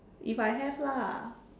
if I have lah